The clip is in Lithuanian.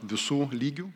visų lygių